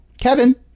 Kevin